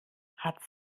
hat